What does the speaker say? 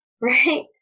Right